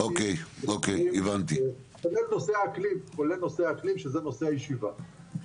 כולל נושא האקלים שזה נושא הישיבה.